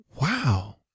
wow